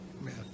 man